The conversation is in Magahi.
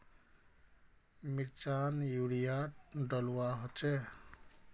मिर्चान यूरिया डलुआ होचे?